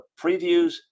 previews